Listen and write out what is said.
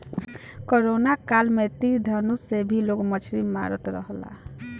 corona काल में तीर धनुष से भी लोग मछली मारत रहल हा